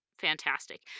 fantastic